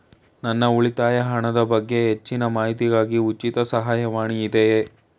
ನನ್ನ ಉಳಿತಾಯ ಹಣದ ಬಗ್ಗೆ ಹೆಚ್ಚಿನ ಮಾಹಿತಿಗಾಗಿ ಉಚಿತ ಸಹಾಯವಾಣಿ ಇದೆಯೇ?